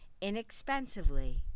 inexpensively